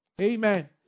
Amen